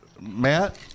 Matt